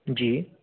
जी